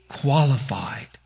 qualified